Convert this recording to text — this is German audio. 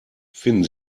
finden